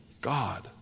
God